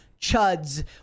chuds